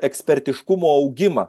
ekspertiškumo augimą